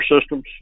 systems